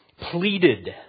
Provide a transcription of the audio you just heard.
pleaded